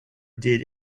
did